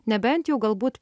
nebent jau galbūt